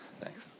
Thanks